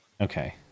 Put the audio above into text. Okay